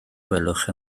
gwelwch